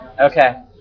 Okay